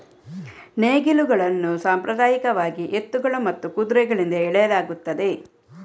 ನೇಗಿಲುಗಳನ್ನು ಸಾಂಪ್ರದಾಯಿಕವಾಗಿ ಎತ್ತುಗಳು ಮತ್ತು ಕುದುರೆಗಳಿಂದ ಎಳೆಯಲಾಗುತ್ತದೆ